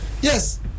Yes